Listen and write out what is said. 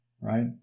right